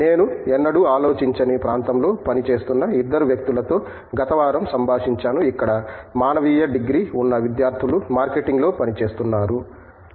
నేను ఎన్నడూ ఆలోచించని ప్రాంతంలో పనిచేస్తున్న ఇద్దరు వ్యక్తులతో గత వారం సంభాషించాను ఇక్కడ మానవీయ డిగ్రీ ఉన్న విద్యార్థులు మార్కెటింగ్లో పనిచేస్తున్నారు